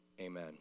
Amen